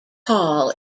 hall